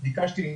ביקשתי אחרון,